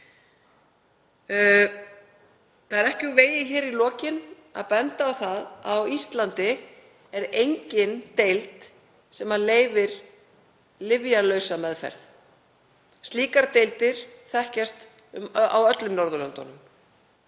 Það er ekki úr vegi í lokin að benda á að á Íslandi er engin deild sem leyfir lyfjalausa meðferð. Slíkar deildir þekkjast á öllum öðrum Norðurlöndum